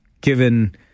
given